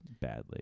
badly